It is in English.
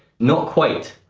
not quite.